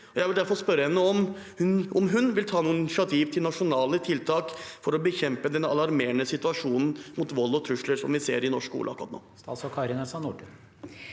Jeg vil derfor spørre henne om hun vil ta noe initiativ til nasjonale tiltak for å bekjempe den alarmerende situasjonen mot vold og trusler som vi ser i norsk skole akkurat nå?